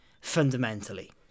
fundamentally